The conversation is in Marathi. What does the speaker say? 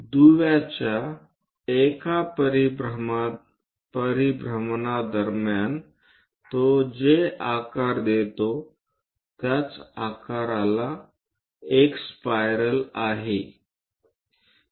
दुव्याच्या एका परिभ्रमण दरम्यान तो जे आकार देतो त्याचा आकार एक स्पायरल आहे